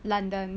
london